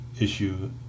issue